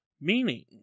Meaning